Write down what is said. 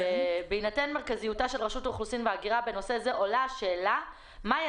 "בהינתן מרכזיותה של רשות האוכלוסין וההגירה בנושא זה עולה השאלה מהי